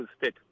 state